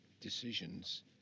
decisions